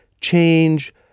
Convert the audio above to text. change